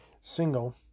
single